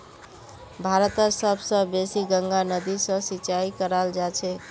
भारतत सब स बेसी गंगा नदी स सिंचाई कराल जाछेक